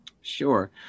Sure